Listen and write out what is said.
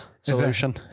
solution